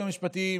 ליועצים המשפטיים,